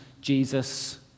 Jesus